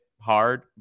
hard